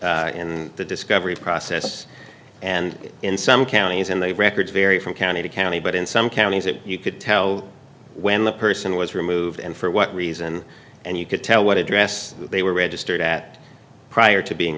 and the discovery process and in some counties in the records vary from county to county but in some counties that you could tell when the person was removed and for what reason and you could tell what address they were registered at prior to being